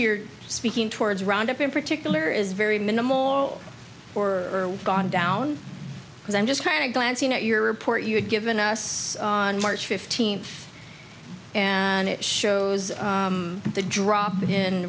you're speaking towards roundup in particular is very minimal or gone down because i'm just kind of glancing at your report you had given us on march fifteenth and it shows the drop in